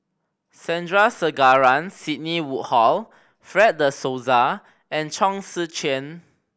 Sandrasegaran Sidney Woodhull Fred De Souza and Chong Tze Chien